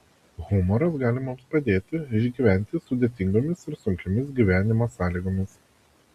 humoras gali mums padėti išgyventi sudėtingomis ir sunkiomis gyvenimo sąlygomis